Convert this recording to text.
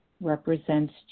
represents